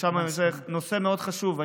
זה נושא מאוד חשוב.